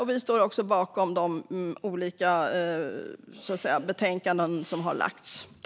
Vi står även bakom övriga reservationer och särskilda yttranden som vi har lagt fram.